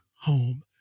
home